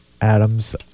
Adams